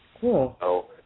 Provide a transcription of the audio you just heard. Cool